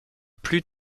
plus